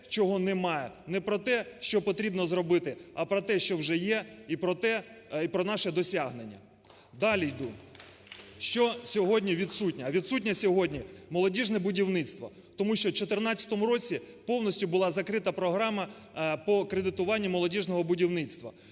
чого немає, не про те, що потрібно зробити, а про те, що вже є і про наші досягнення. Далі йду. Що сьогодні відсутнє? І відсутнє сьогодні молодіжне будівництво, тому що в 2014 році повністю була закрита програма по кредитуванню молодіжного будівництва.